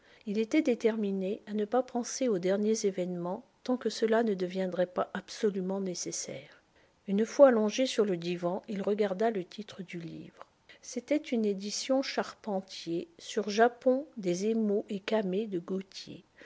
il était déterminé à ne pas penser aux derniers événements tant que cela ne deviendrait pas absolument nécessaire une fois allongé sur le divan il regarda le titre du livre c'était une édition charpentier sur japon des emaux et camées de gautier